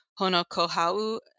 Honokohau